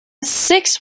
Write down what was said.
sixth